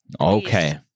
Okay